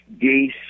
geese